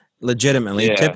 legitimately